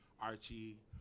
Archie